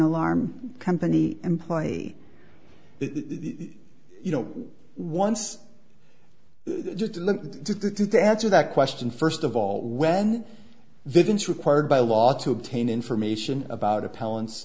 alarm company employee the you know once to answer that question first of all when vince required by law to obtain information about a palance